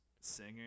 singer